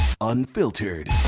unfiltered